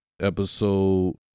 episode